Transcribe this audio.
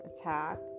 attack